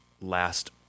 last